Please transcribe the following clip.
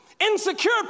Insecure